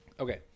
Okay